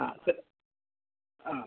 ആ സെ ആ